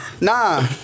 Nah